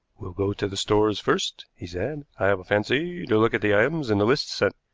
we'll go to the stores first, he said. i have a fancy to look at the items in the list sent.